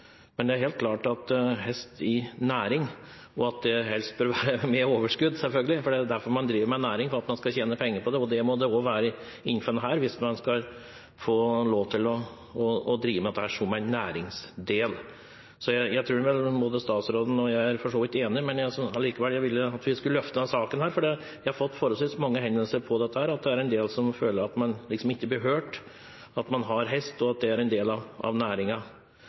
Men det er helt klart at dette gjelder hest i næring, og at det helst bør være med overskudd selvfølgelig, for det er jo derfor man driver med næring. Man skal tjene penger på det, og det må også gjelde innen denne næringen hvis man skal få lov til å drive med dette som næringsvirksomhet. Jeg tror vel statsråden og jeg for så vidt er enige, men jeg ville likevel løfte denne saken, fordi jeg har fått forholdsvis mange henvendelser om dette. Det er en del som føler at man ikke blir hørt: Man har hest, og det er en del av